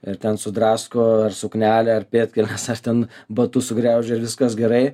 ir ten sudrasko ar suknelę ar pėdkelnes ar ten batus sugraužia ir viskas gerai